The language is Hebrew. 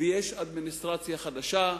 שיש אדמיניסטרציה חדשה,